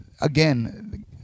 again